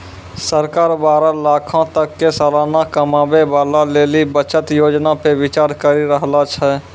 सरकार बारह लाखो तक के सलाना कमाबै बाला लेली बचत योजना पे विचार करि रहलो छै